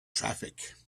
traffic